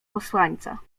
posłańca